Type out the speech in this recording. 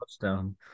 touchdown